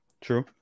True